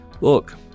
Look